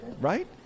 right